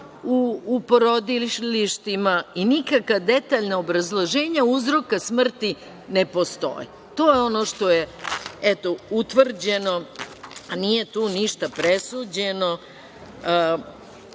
u porodilištima i nikakva detaljna obrazloženja uzroka smrti ne postoje. To je ono što je utvrđeno, a nije tu ništa presuđeno.